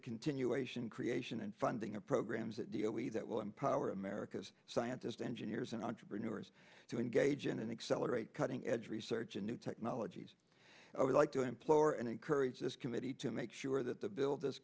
continuation creation and funding of programs that deal we that will empower america's scientists engineers and entrepreneurs to engage in an accelerated cutting edge research in new technologies i would like to implore and encourage this committee to make sure that the bill this